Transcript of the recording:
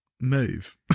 move